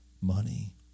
Money